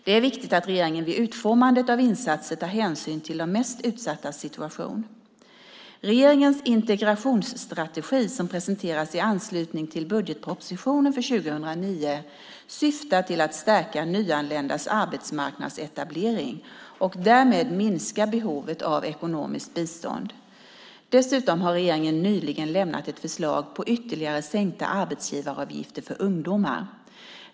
Det är viktigt att regeringen vid utformandet av insatser tar hänsyn till de mest utsattas situation. Regeringens integrationsstrategi som presenteras i anslutning till budgetpropositionen för 2009 syftar till att stärka nyanländas arbetsmarknadsetablering och därmed minska behovet av ekonomiskt bistånd. Dessutom har regeringen nyligen lämnat ett förslag på ytterligare sänkta arbetsgivaravgifter för ungdomar.